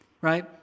Right